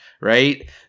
right